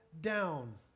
down